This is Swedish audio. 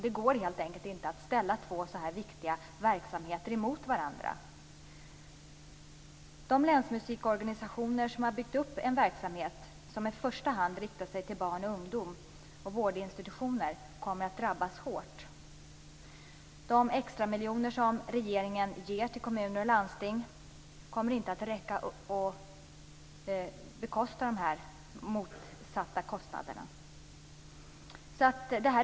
Det går helt enkelt inte att ställa två så viktiga verksamheter emot varandra. De länsmusikorganisationer som har byggt upp en verksamhet som i första hand riktar sig till barn och ungdom och vårdinstitutioner kommer att drabbas hårt. De extramiljoner som regeringen ger till kommuner och landsting kommer inte att räcka för att bekosta båda verksamheterna.